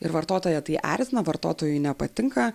ir vartotoją tai erzina vartotojui nepatinka